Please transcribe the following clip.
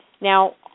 Now